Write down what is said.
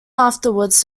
afterwards